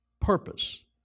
purpose